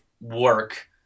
work